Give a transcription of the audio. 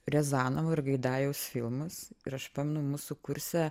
riazanovo ir gaidajaus filmus ir aš pamenu mūsų kurse